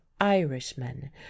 Irishmen